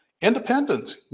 Independence